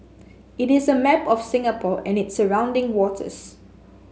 it is a map of Singapore and its surrounding waters